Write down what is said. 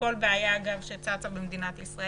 לכל בעיה שצצה במדינה,